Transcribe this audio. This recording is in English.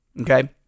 okay